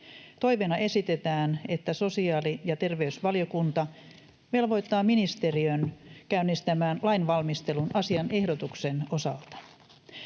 Toiveena esitetään, että sosiaali- ja terveysvaliokunta velvoittaa ministeriön käynnistämään lainvalmistelun asian ehdotuksen osalta.